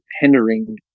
hindering